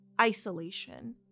Isolation